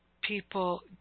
people